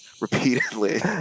repeatedly